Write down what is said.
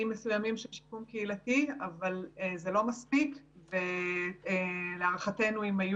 מסוימים לשיקום קהילתי אבל זה לא מספיק ולהערכתנו אם היו